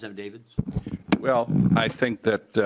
um davids well i think that